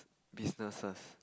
businesses